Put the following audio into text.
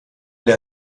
der